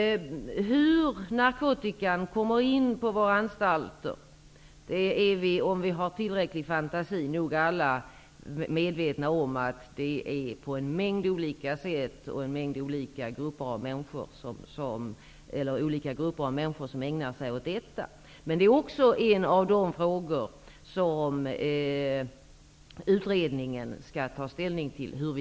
Hur narkotikan kommer in på anstalterna kan vi nog alla räkna ut om vi har tillräcklig fantasi. Det sker på en mängd olika sätt, och det finns olika grupper av människor som ägnar sig åt att bära in narkotika. Hur man skall komma åt denna hantering är också en av de frågor som utredningen skall ta ställning till.